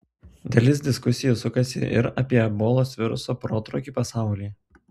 dalis diskusijų sukasi ir apie ebolos viruso protrūkį pasaulyje